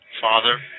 Father